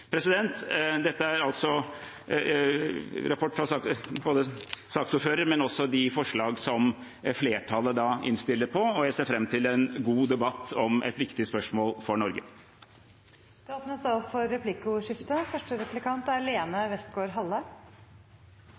Dette er rapport fra saksordføreren, men er også de forslagene som flertallet innstiller på. Jeg ser fram til en god debatt om et viktig spørsmål for Norge. Det